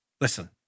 Listen